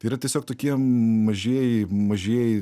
tai yra tiesiog tokie mažieji mažieji